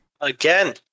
Again